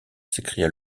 s’écria